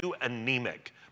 anemic